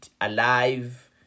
alive